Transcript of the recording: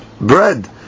bread